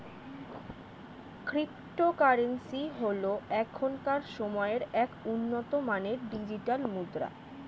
cryptocurrency হল এখনকার সময়ের এক উন্নত মানের ডিজিটাল মুদ্রা